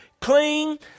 clean